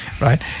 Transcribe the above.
right